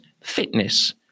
fitness